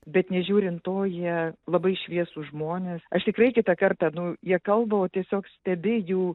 bet nežiūrint to jie labai šviesūs žmonės aš tikrai kitą kartą nu jie kalba o tiesiog stebi jų